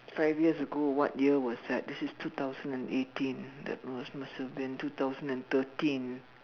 five years ago what year was that this is two thousand and eighteen that was must have been two thousand and thirteen